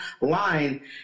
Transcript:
line